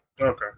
Okay